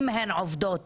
אם הן עובדות